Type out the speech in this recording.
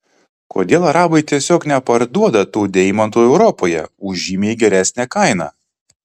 kodėl arabai tiesiog neparduoda tų deimantų europoje už žymiai geresnę kainą